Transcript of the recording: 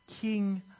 king